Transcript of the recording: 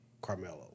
Carmelo